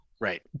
Right